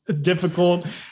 difficult